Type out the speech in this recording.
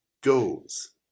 goes